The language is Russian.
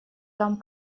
там